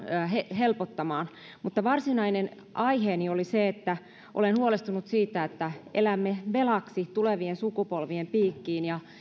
helpottamaan mutta varsinainen aiheeni oli se että olen huolestunut siitä että elämme velaksi tulevien sukupolvien piikkiin ja